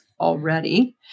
already